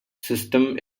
system